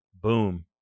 boom